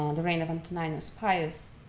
um the reign of antoninus pius,